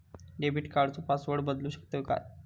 Debit कार्डचो password बदलु शकतव काय?